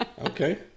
Okay